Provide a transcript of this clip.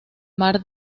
mar